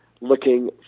looking